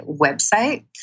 website